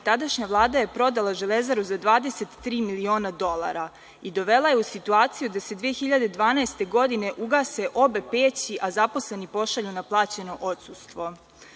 tadašnja vlada je prodala „Železaru“ za 23 miliona dolara i dovela je u situaciju da se 2012. godine ugase obe peći, a zaposleni pošalju na plaćeno odsustvo.